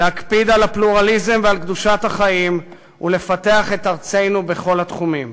להקפיד על הפלורליזם ועל קדושת החיים ולפתח את ארצנו בכל התחומים.